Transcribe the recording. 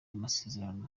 masezerano